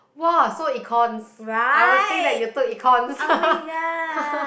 !wah! so econs I would think that you took econs